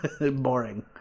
boring